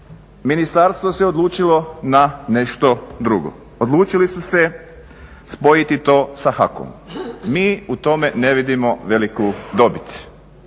Ministarstvo se odlučilo na nešto drugo. Odlučili su se spojiti to sa HAKOM. Mi u tome ne vidimo veliku dobit,